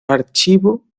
archivo